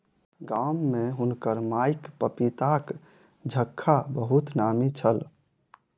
गाम में हुनकर माईक पपीताक झक्खा बहुत नामी छल